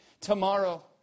tomorrow